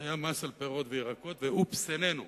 היה מס על פירות וירקות, ואופס, איננו.